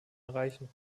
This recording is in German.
erreichen